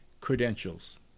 credentials